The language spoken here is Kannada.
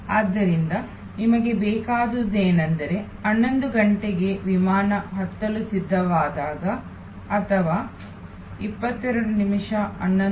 ಆದ್ದರಿಂದ ನಿಮಗೆ ಬೇಕಾದುದೇನೆಂದರೆ 11ಗಂಟೆಗೆ ವಿಮಾನ ಹತ್ತಲು ಸಿದ್ಧವಾದಾಗ ಅಥವಾ 22